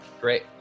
Great